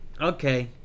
Okay